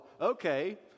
okay